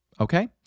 Okay